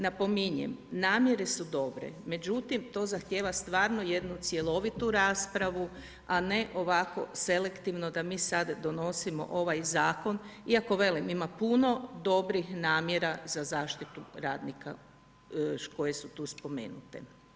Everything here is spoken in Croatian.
Napominjem, namjere su dobre, međutim to zahtijeva stvarno jednu cjelovitu raspravu, a ne ovako selektivno da mi sad donosimo ovaj zakon, iako velim ima puno dobrih namjera za zaštitu radnika koje su tu spomenute.